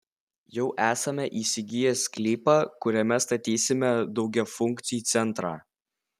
jau esame įsigiję sklypą kuriame statysime daugiafunkcį centrą